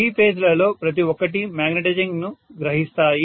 three phase లలో ప్రతిఒక్కటి magnetising ను గ్రహిస్తాయి